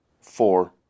four